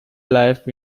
life